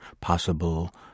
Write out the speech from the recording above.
possible